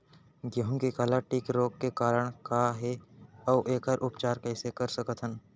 गेहूँ के काला टिक रोग के कारण का हे अऊ एखर उपचार कइसे कर सकत हन?